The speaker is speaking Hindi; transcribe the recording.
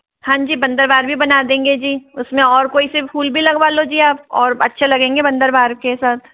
हाँ जी बंदरवाल भी बना देंगे जी उसमें और कोई से फूल भी लगवालो जी आप और अच्छे लगेंगे बंदरवाल के साथ